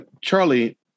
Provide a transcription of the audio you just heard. Charlie